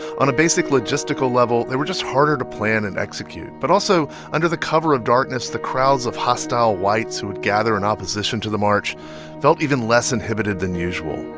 on a basic logistical level, they were just harder to plan and execute. but also, under the cover of darkness, the crowds of hostile whites who would gather in opposition to the march felt even less inhibited than usual,